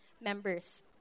members